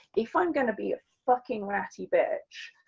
if i'm gonna be a fucking ratty bitch,